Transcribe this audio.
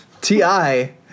T-I